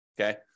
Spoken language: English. okay